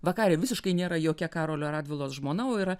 vakarė visiškai nėra jokia karolio radvilos žmona o yra